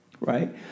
right